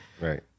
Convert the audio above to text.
Right